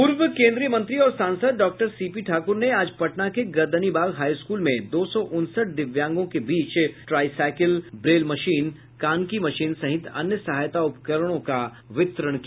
पूर्व केन्द्रीय मंत्री और सांसद डाक्टर सीपी ठाक्र ने आज पटना के गर्दनीबाग हाईस्कूल में दो सौ उनसठ दिव्यांगों के बीच ट्राई साईकिल ब्रेल मशीन कान की मशीन सहित अन्य सहायता उपकरणों का वितरण किया